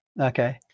Okay